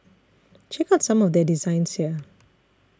check out some of their designs here